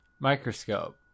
Microscope